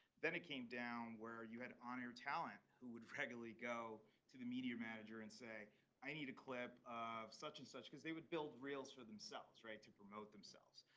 then it came down where you had it on your talent who would regularly go to the media manager and say i need a clip of such and such because they would build reels for themselves right? to promote themselves.